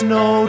no